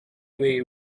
way